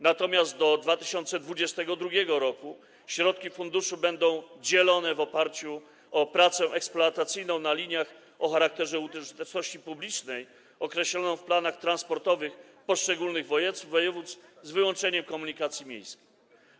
Natomiast od 2022 r. środki funduszu będą dzielone w oparciu o pracę eksploatacyjną na liniach o charakterze użyteczności publicznej, określoną w planach transportowych poszczególnych województw, z wyłączeniem komunikacji miejskiej.